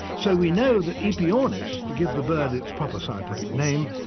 so we know that aepyornis, to give the bird its proper scientific name,